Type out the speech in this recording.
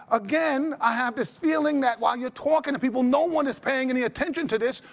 again, i have this feeling that while you're talking to people, no one is paying any attention to this,